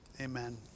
amen